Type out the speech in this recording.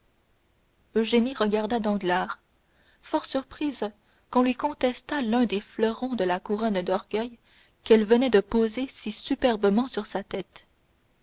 deviner eugénie regarda danglars fort surprise qu'on lui contestât l'un des fleurons de la couronne d'orgueil qu'elle venait de poser si superbement sur sa tête